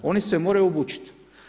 Oni se moraju obučiti.